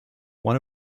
one